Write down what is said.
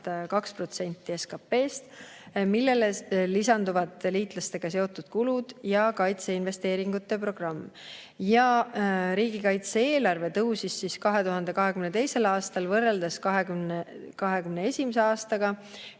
2% SKP-st, millele lisanduvad liitlastega seotud kulud ja kaitseinvesteeringute programm. Riigi kaitse‑eelarve kasvas 2022. aastal võrreldes 2021. aastaga